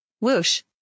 whoosh